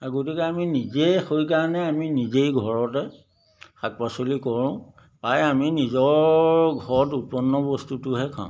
গতিকে আমি নিজেই সেইকাৰণে আমি নিজেই ঘৰতে শাক পাচলি কৰোঁ প্ৰায় আমি নিজৰ ঘৰত উৎপন্ন বস্তুটোহে খাওঁ